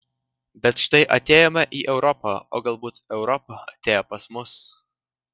bet štai atėjome į europą o galbūt europa atėjo pas mus